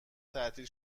تعطیل